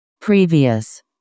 Previous